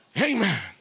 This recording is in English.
Amen